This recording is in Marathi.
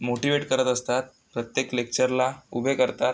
मोटिवेट करत असतात प्रत्येक लेक्चरला उभे करतात